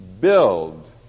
build